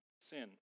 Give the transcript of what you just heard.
sin